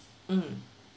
mm